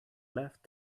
left